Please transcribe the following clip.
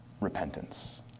repentance